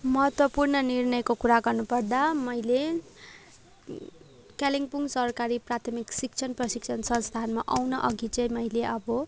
महत्त्वपूर्ण निर्णयको कुरा गर्नुपर्दा मैले कालिम्पोङ सरकारी प्राथमिक शिक्षण प्रशिक्षण संस्थानमा आउन अघि चाहिँ मैले अब